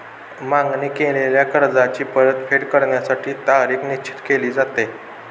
मागणी केलेल्या कर्जाची परतफेड करण्यासाठी तारीख निश्चित केली जाते